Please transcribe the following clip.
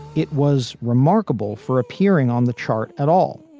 it was remarkable for appearing on the chart at all,